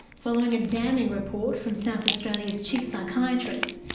following a damning report from south australia's chief psychiatrist,